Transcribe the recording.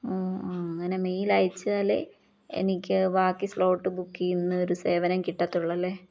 ആ അങ്ങനെ മെയിലയച്ചാല് എനിക്ക് ബാക്കി സ്ലോട്ട് ബുക്കെയ്യുന്ന ഒരു സേവനം കിട്ടത്തുള്ളല്ലേ